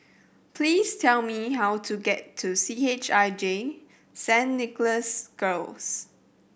please tell me how to get to C H I J Saint Nicholas Girls